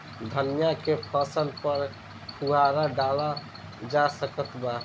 धनिया के फसल पर फुहारा डाला जा सकत बा?